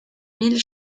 mille